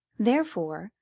therefore,